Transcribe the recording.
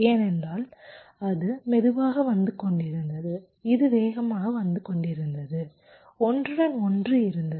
ஏனென்றால் அது மெதுவாக வந்து கொண்டிருந்தது இது வேகமாக வந்து கொண்டிருந்தது ஒன்றுடன் ஒன்று இருந்தது